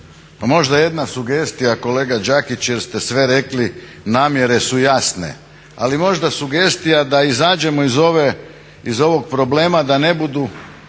možda jedna sugestija kolega Đakić jer ste sve rekli. Namjere su jasne, ali možda sugestija da izađemo iz ovog problema da ne budu